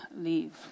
leave